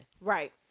Right